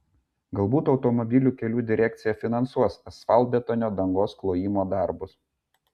galbūt automobilių kelių direkcija finansuos asfaltbetonio dangos klojimo darbus